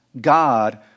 God